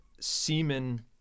semen